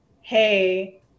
Hey